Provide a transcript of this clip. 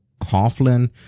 Coughlin